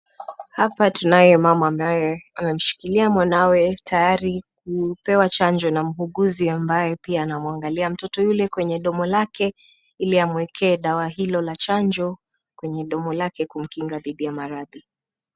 Hapa tunaye mama ambaye amemshikilia mwanawe tayari kupewa chanjo na muuguzi ambaye pia anamwangalia mtoto yule kwenye domo lake ili amwekee dawa hilo la chanjo kwenye domo lake kumkinga dhidi ya maradhi.